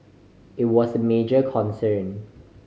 it was a major concern